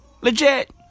Legit